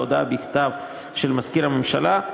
בהודעה בכתב של מזכיר הממשלה.